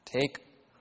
Take